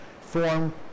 form